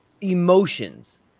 emotions